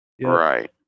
Right